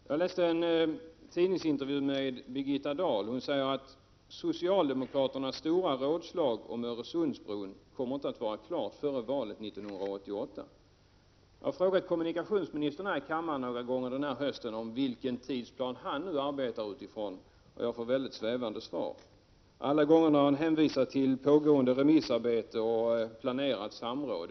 Jag läste en tidningsintervju med Birgitta Dahl. Hon säger att socialdemokraternas stora rådslag om Öresundsbron inte kommer att vara klart före valet 1988. Jag har frågat kommunikationsministern flera gånger i denna kammare under hösten med vilken tidsplan han arbetar. Jag har fått väldigt svävande svar. Alla gånger har han hänvisat till pågående remissarbete och planerat samråd.